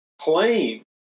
claim